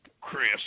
Chris